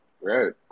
Right